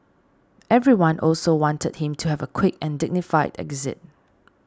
everyone also wanted him to have a quick and dignified exit